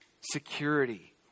Security